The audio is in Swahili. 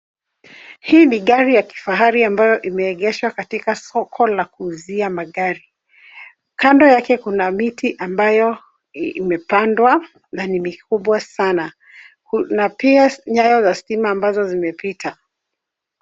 Hii ni gari ya kifahari ambayo imeegeshwa katika soko la kuuzia magari. Kando yake kuna miti ambayo imepandwa na ni kubwa sana na pia nyaya ya stima ambazo zimepita.